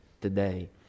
today